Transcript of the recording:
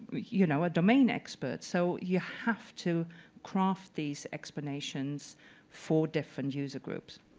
you know, a domain expert. so you have to craft these explanations for different user groups.